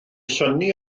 synnu